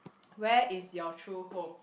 where is your true home